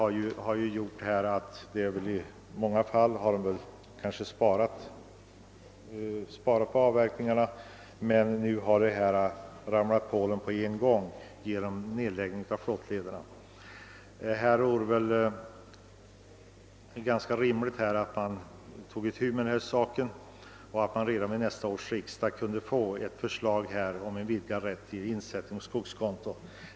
Det har gjort att man i många fall har sparat avverkningarna men nu har dessa problem på en gång ramlat över skogsägarna genom nedläggningen av flottlederna. Det vore väl rimligt att ta itu med detta, så att det redan vid nästa års riksdag kunde framläggas ett förslag om vidgad rätt till insättning på skogskonto.